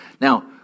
Now